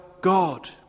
God